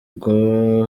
ngo